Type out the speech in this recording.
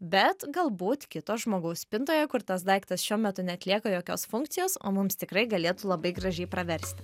bet galbūt kito žmogaus spintoje kur tas daiktas šiuo metu neatlieka jokios funkcijos o mums tikrai galėtų labai gražiai praversti